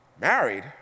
Married